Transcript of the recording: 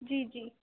جی جی